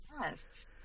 Yes